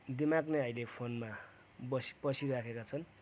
दिमाग नै अहिले फोनमा बसि बसिराखेका छन्